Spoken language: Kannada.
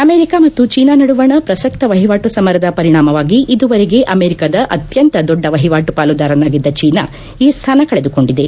ಅಮೆರಿಕ ಮತ್ತು ಚೀನಾ ನಡುವಣ ಪ್ರಸಕ್ತ ವಹಿವಾಟು ಸಮರದ ಪರಿಣಾಮವಾಗಿ ಇದುವರೆಗೆ ಅಮೆರಿಕದ ಅತ್ಯಂತ ದೊಡ್ಡ ವಹಿವಾಟು ಪಾಲುದಾರನಾಗಿದ್ದ ಚೀನಾ ಈ ಸ್ನಾನ ಕಳೆದುಕೊಂಡಿದೆ